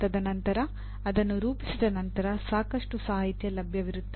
ತದನಂತರ ಅದನ್ನು ರೂಪಿಸಿದ ನಂತರ ಸಾಕಷ್ಟು ಸಾಹಿತ್ಯ ಲಭ್ಯವಿರುತ್ತದೆ